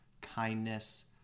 kindness